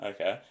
Okay